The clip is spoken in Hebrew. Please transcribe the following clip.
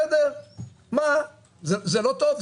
זה לא טוב?